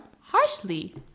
harshly